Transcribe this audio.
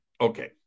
okay